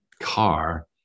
car